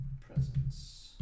presence